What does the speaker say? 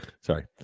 Sorry